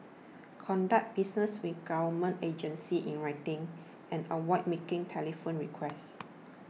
conduct business with government agencies in writing and avoid making telephone requests